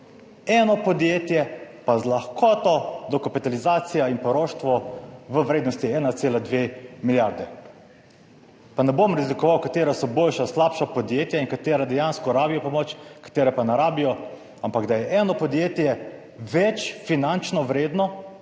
Enemu podjetju pa da z lahkoto dokapitalizacijo in poroštvo v vrednosti 1,2 milijardi. Ne bom razlikoval, katera so boljša, slabša podjetja in katera dejansko rabijo pomoč, katera pa ne rabijo, ampak da je eno podjetje finančno več